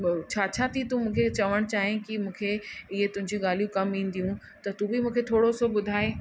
छा छा थी तूं मूंखे चवणु चाहीं की मूंखे इयं तुंहिंजी ॻाल्हियूं कमु ईंदियूं त तूं बि मूंखे थोरो सो ॿुधाए